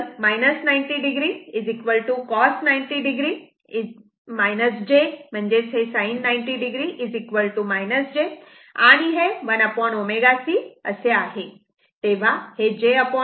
angle 90 o cos 90 o j sin 90 o j आणि हे ω C असे आहे